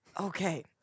Okay